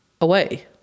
away